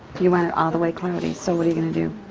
you want it all the way cloudy so what are you going to do?